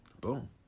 Boom